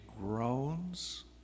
groans